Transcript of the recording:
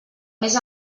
més